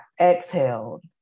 exhaled